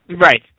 Right